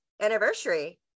anniversary